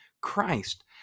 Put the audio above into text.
Christ